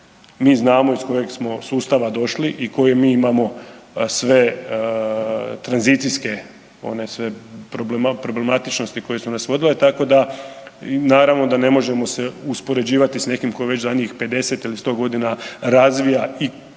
Mi znamo iz kojeg smo sustava došli i koje mi imamo sve tranzicijske, one sve problematičnosti koje su nas vodile, tako da naravno da ne možemo se uspoređivati s nekim ko je već zadnjih 50 ili 100.g. razvija i kulturu i